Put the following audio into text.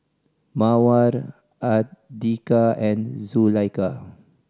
Mawar Andika and Zulaikha